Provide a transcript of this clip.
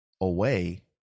away